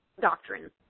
doctrine